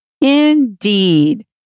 Indeed